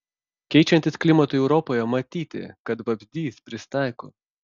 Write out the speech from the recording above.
keičiantis klimatui europoje matyti kad vabzdys prisitaiko